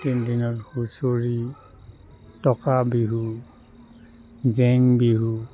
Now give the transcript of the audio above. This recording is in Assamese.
তিনি দিনত হুঁচৰি টকা বিহু জেং বিহু